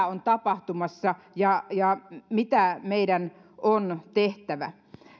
on tapahtumassa ja ja mitä meidän on tehtävä